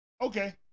Okay